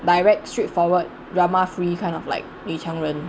direct straightforward drama-free kind of like 女强人